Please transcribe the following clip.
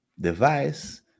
device